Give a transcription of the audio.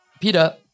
Peter